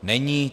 Není.